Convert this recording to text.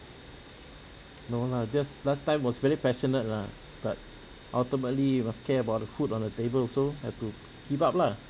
no lah just last time was very passionate lah but ultimately you must care about the food on the table so had to give up lah